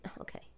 Okay